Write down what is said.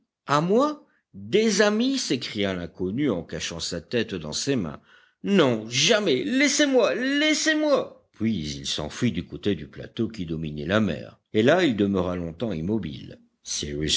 à moi des amis s'écria l'inconnu en cachant sa tête dans ses mains non jamais laissez-moi laissez-moi puis il s'enfuit du côté du plateau qui dominait la mer et là il demeura longtemps immobile